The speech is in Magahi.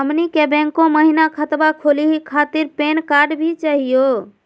हमनी के बैंको महिना खतवा खोलही खातीर पैन कार्ड भी चाहियो?